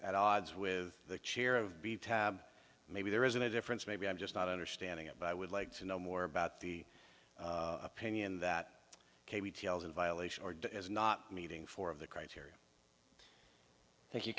at odds with the chair of b tab maybe there isn't a difference maybe i'm just not understanding it but i would like to know more about the opinion that tails in violation order is not meeting four of the criteria